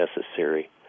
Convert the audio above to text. necessary